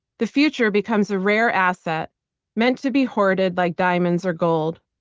the future becomes a rare asset meant to be hoarded like diamonds or gold.